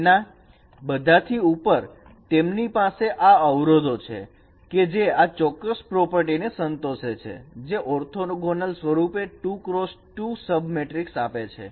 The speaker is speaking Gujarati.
તેના બધાથી ઉપર તેમની પાસે આ અવરોધો છે કે જે આ ચોક્કસ પ્રોપર્ટીને સંતોષે છે જે ઓર્થોગોંનલ સ્વરૂપે 2 x 2 સબમેટ્રિક્સ આપે છે